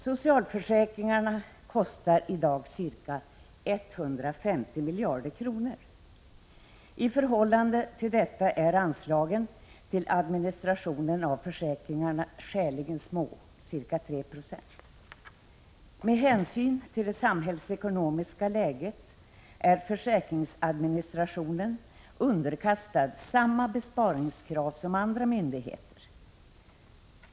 Socialförsäkringarna kostar i dag ca 150 miljarder kronor. I förhållande till detta är anslagen till administrationen av försäkringarna skäligen små, ca 3 Zo. Med hänsyn till det samhällsekonomiska läget är försäkringsadministrationen underkastad samma besparingskrav som andra myndigheter.